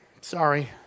Sorry